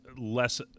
less